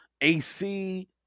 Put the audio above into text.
AC